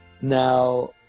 Now